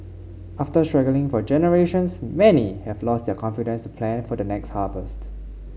after struggling for generations many have lost their confidence to plan for the next harvest